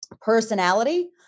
personality